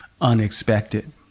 unexpected